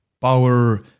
power